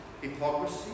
hypocrisy